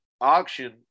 auction